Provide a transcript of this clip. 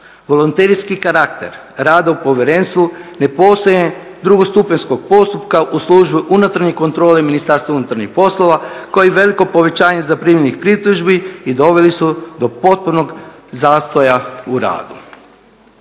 Volonterski karakter rada u povjerenstvu, ne postojanje drugostupanjskog postupka u Službi unutarnje kontrole Ministarstva unutarnjih poslova kao i veliko povećanje zaprimljenih pritužbi i doveli su do potpunog zastoja u radu.